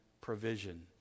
provision